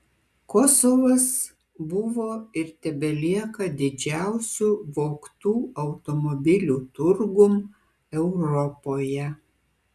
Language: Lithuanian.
kosovas buvo ir tebelieka didžiausiu vogtų automobilių turgum europoje